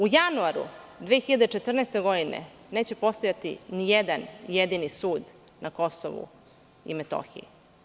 U januaru 2014. godine neće postojati ni jedan jedini sud na Kosovu i Metohiji.